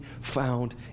found